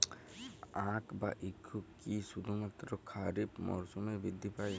আখ বা ইক্ষু কি শুধুমাত্র খারিফ মরসুমেই বৃদ্ধি পায়?